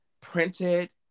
printed